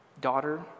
Daughter